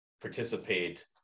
participate